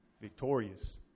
victorious